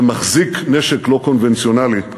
שמחזיק נשק לא קונבנציונלי,